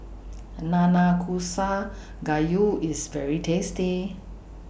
Nanakusa Gayu IS very tasty